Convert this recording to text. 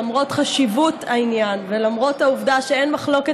למרות חשיבות העניין ולמרות העובדה שאין מחלוקת